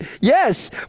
Yes